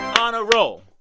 on a roll.